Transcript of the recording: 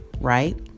right